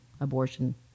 abortion